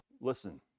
Listen